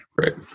Right